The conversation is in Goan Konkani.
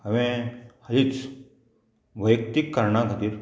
हांवें हालींच वैयक्तीक कारणा खातीर